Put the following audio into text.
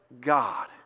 God